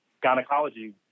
gynecology